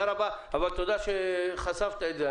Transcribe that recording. אבל תודה שחשפת את זה,